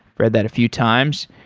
read that a few times.